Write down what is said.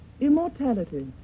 immortality